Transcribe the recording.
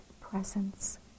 presence